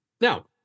Now